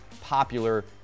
popular